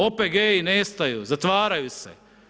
OPG-i nestaju, zatvaraju se.